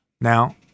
Now